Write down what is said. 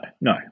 no